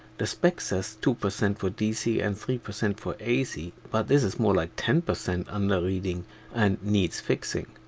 the spec says two percent for dc and three percent for ac but this is more like ten percent under reading and needs fixing.